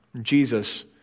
Jesus